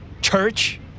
Church